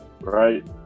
Right